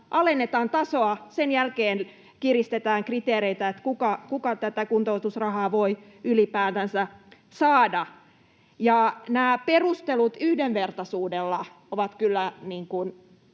alennetaan tasoa, sen jälkeen kiristetään niitä kriteereitä, kuka tätä kuntoutusrahaa voi ylipäätänsä saada. Ja nämä perustelut yhdenvertaisuudella ovat kyllä